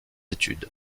études